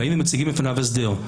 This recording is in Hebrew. ואם הם מציגים בפניו הסדר,